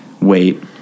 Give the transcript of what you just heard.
wait